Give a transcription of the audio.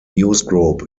newsgroup